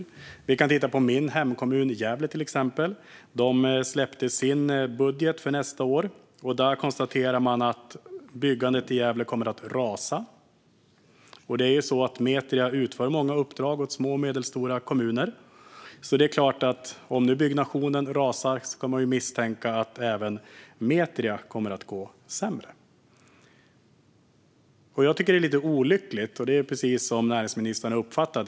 Vi kan till exempel titta på min hemkommun Gävle. De har släppt sin budget för nästa år. Där konstateras att byggandet i Gävle kommer att rasa. Metria utför många uppdrag åt små och medelstora kommuner. Om nu byggnationen rasar kan man misstänka att även Metria kommer att gå sämre. Jag tycker att det här är lite olyckligt.